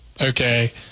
okay